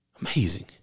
amazing